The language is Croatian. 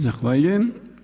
Zahvaljujem.